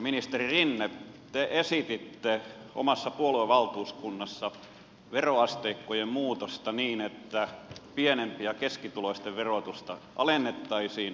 ministeri rinne te esititte omassa puoluevaltuuskunnassanne veroasteikkojen muutosta niin että pienempi ja keskituloisten verotusta alennettaisiin